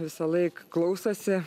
visąlaik klausosi